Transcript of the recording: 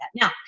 Now